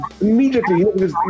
immediately